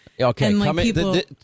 Okay